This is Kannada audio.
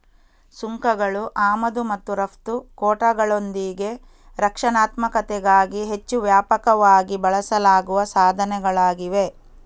ಸುಂಕಗಳು ಆಮದು ಮತ್ತು ರಫ್ತು ಕೋಟಾಗಳೊಂದಿಗೆ ರಕ್ಷಣಾತ್ಮಕತೆಗಾಗಿ ಹೆಚ್ಚು ವ್ಯಾಪಕವಾಗಿ ಬಳಸಲಾಗುವ ಸಾಧನಗಳಾಗಿವೆ